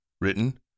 Written